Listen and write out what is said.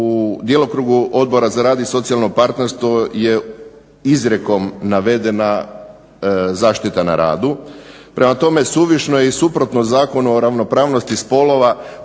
u djelokrugu Odbora za rad i socijalno partnerstvo je izrijekom navedena zaštita na radu. Prema tome suvišno je i suprotno Zakonu o ravnopravnosti spolova